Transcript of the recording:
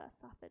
suffered